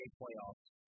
playoffs